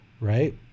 right